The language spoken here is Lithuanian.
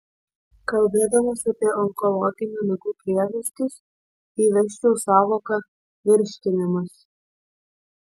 kalbėdamas apie onkologinių ligų priežastis įvesčiau sąvoką virškinimas